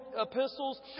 epistles